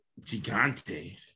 Gigante